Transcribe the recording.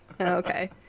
Okay